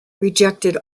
rejected